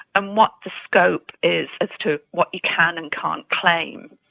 and what the scope is as to what you can and can't claim.